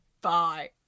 Bye